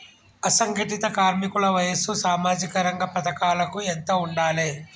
అసంఘటిత కార్మికుల వయసు సామాజిక రంగ పథకాలకు ఎంత ఉండాలే?